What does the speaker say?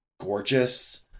gorgeous